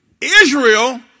Israel